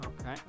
Okay